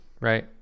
right